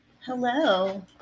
Hello